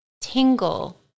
tingle